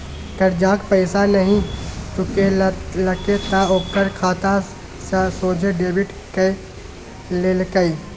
करजाक पैसा नहि चुकेलके त ओकर खाता सँ सोझे डेबिट कए लेलकै